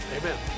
Amen